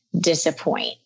disappoint